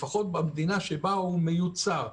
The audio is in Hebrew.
לפחות במדינה שבה הוא מיוצר.